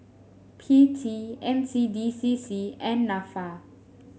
P T N C D C C and NAFA